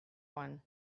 one